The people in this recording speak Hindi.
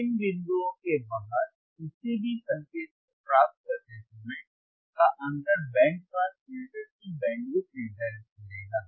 इन बिंदुओं के बाहर किसी भी संकेत को प्राप्त करते समय का अंतर बैंड पास फिल्टर की बैंडविड्थ निर्धारित करेगा